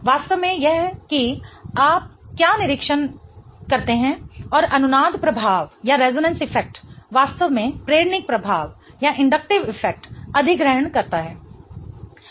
वास्तव में यह कि आप क्या निरीक्षण करते हैं और अनुनाद प्रभाव वास्तव में प्रेरणिक प्रभाव अधिग्रहण करता है